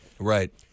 Right